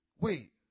Wait